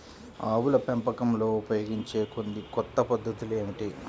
ఆవుల పెంపకంలో ఉపయోగించే కొన్ని కొత్త పద్ధతులు ఏమిటీ?